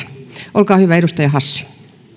olkaa hyvä edustaja hassi